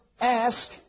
ask